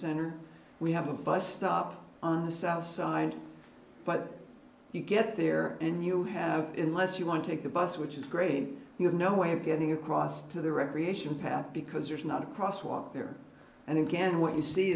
center we have a bus stop on the south side but you get there and you have in less you want to take the bus which is great you have no way of getting across to the recreation path because there's not a crosswalk there and again what you see